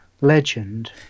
legend